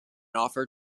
offer